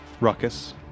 Ruckus